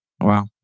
Wow